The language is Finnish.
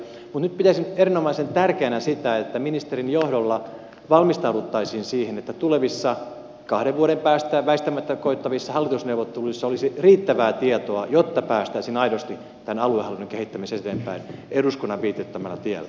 mutta nyt pitäisin erinomaisen tärkeänä sitä että ministerin johdolla valmistauduttaisiin siihen että tulevissa kahden vuoden päästä väistämättä koittavissa hallitusneuvotteluissa olisi riittävää tietoa jotta päästäisiin aidosti tämän aluehallinnon kehittämisessä eteenpäin eduskunnan viitoittamalla tiellä